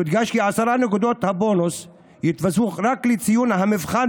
יודגש ש-10 נקודות הבונוס יתווספו רק לציון המבחן